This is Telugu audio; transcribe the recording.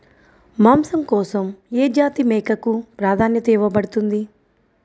మాంసం కోసం ఏ జాతి మేకకు ప్రాధాన్యత ఇవ్వబడుతుంది?